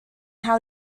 how